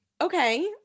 okay